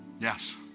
yes